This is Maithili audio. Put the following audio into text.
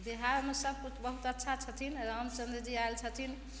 बिहारमे सबकिछु बहुत अच्छा छथिन रामचन्द्रजी आयल छथिन